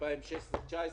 2016 2019